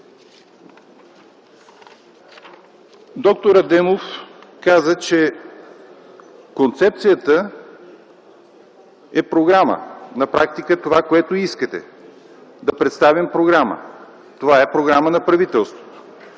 Доктор Адемов каза, че концепцията е програма. На практика това, което искате да представим, е програма. Това е програма на правителството.